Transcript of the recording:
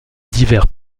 divers